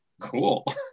cool